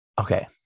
okay